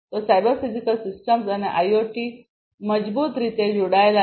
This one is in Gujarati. તેથી સાયબર ફિઝિકલ સિસ્ટમ્સ અને આઇઆઓટી મજબૂત રીતે જોડાયેલા છે